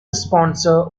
sponsor